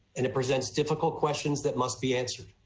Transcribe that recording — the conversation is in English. and it presents difficult questions that must be answered.